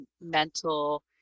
mental